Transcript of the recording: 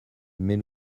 mais